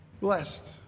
blessed